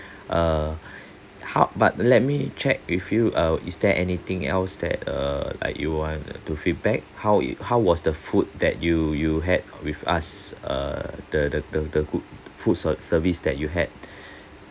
err how but let me check with you err is there anything else that err like you want to feedback how it how was the food that you you had with us err the the the good foods or service that you had